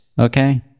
okay